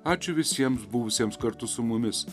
ačiū visiems buvusiems kartu su mumis